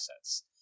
assets